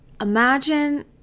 imagine